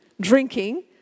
drinking